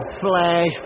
flash